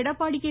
Edappadi K